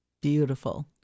Beautiful